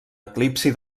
eclipsi